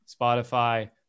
Spotify